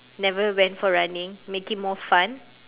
never went for running make it more fun